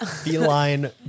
Feline